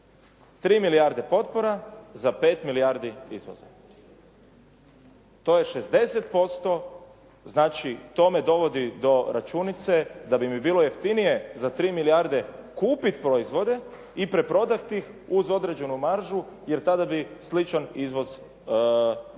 3 milijarde potpora za 5 milijardi izvoza. To je 60%, znači to me dovodi do računice da bi mi bilo jeftinije za 3 milijarde kupiti proizvode i preprodati ih uz određenu maržu jer tada bi sličan izvoz postigao.